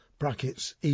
Brackets